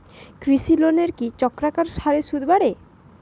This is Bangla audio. কৃষি লোনের কি চক্রাকার হারে সুদ বাড়ে?